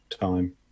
time